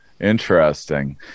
Interesting